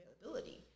availability